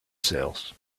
sails